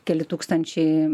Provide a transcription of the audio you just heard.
keli tūkstančiai